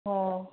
ꯑꯣ